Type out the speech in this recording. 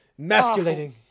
Masculating